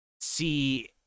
See